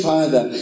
Father